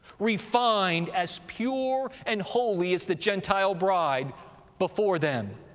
refined as pure and holy as the gentile bride before them.